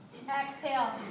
exhale